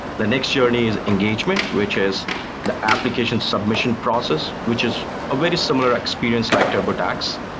the next journey is engagement, which is the application-submission process, which is a very similar experience like turbotax.